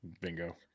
Bingo